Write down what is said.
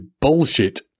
bullshit